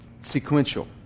sequential